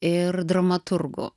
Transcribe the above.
ir dramaturgu